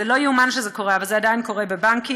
לא ייאמן שזה קורה, אבל זה עדיין קורה בבנקים.